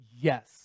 yes